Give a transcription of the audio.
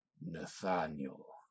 Nathaniel